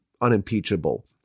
unimpeachable